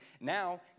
Now